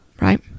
right